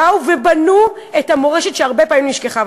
באו ובנו את המורשת שהרבה פעמים נשכחה.